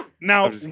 Now